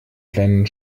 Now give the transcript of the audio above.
kleinen